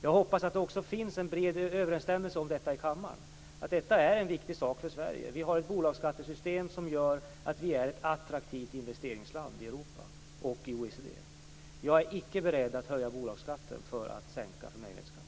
Jag hoppas att det också finns en bred överensstämmelse på denna punkt i kammaren. Detta är en viktig sak för Sverige. Vi har ett bolagsskattesystem som gör att vi är ett attraktivt investeringsland i Europa och i OECD. Jag är inte beredd att höja bolagsskatten för att sänka förmögenhetsskatten.